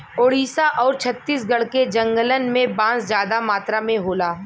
ओडिसा आउर छत्तीसगढ़ के जंगलन में बांस जादा मात्रा में होला